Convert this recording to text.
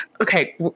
okay